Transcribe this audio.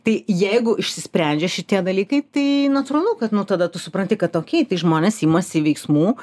tai jeigu išsisprendžia šitie dalykai tai natūralu kad nu tada tu supranti kad okei tai žmonės imasi veiksmų